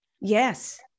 Yes